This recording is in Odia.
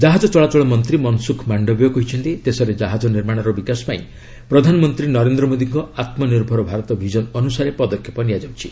ଜାହାଜ ଚଳାଚଳ ମନ୍ତ୍ରୀ ମନସୁଖ ମାଣ୍ଡବିୟ କହିଛନ୍ତି ଦେଶରେ ଜାହାଜ ନିର୍ମାଣର ବିକାଶ ପାଇଁ ପ୍ରଧାନମନ୍ତ୍ରୀ ନରେନ୍ଦ୍ର ମୋଦୀଙ୍କ ଆତ୍ମନିର୍ଭର ଭାରତ ବିଜନ ଅନୁସାରେ ପଦକ୍ଷେପ ନିଆଯାଉଛି